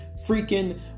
freaking